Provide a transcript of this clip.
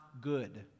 good